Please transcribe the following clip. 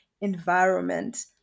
environment